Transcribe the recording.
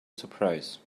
surprise